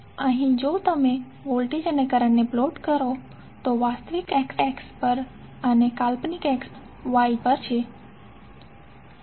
અહીં જો તમે વોલ્ટેજ અને કરંટને પ્લોટ કરો તો વાસ્તવિક અક્ષ X અક્ષ પર અને કાલ્પનિક અક્ષ Y અક્ષ પર છે